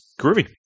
Groovy